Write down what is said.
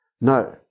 No